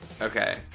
Okay